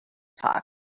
talk